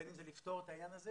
בין אם זה לפתור את העניין הזה,